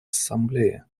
ассамблее